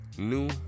new